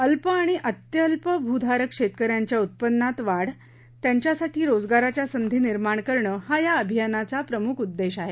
अल्प आणि अत्यल्पभूधारक शेतकऱ्यांच्या उत्पन्नात वाढ त्यांच्यासाठी रोजगाराच्या संधी निर्माण करणं हा या अभियानाचा प्रमुख उद्देश आहे